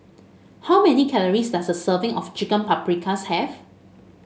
how many calories does a serving of Chicken Paprikas have